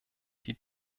die